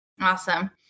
Awesome